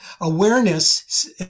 awareness